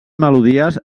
melodies